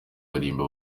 baririmba